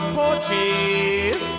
porches